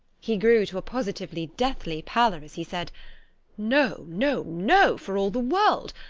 he grew to a positively deathly pallor as he said no! no! no! for all the world,